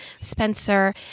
Spencer